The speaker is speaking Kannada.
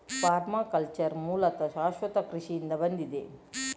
ಪರ್ಮಾಕಲ್ಚರ್ ಮೂಲತಃ ಶಾಶ್ವತ ಕೃಷಿಯಿಂದ ಬಂದಿದೆ